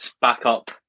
backup